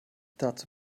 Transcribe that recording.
dazu